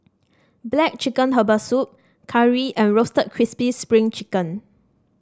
black chicken Herbal Soup curry and Roasted Crispy Spring Chicken